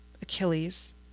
Achilles